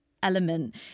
element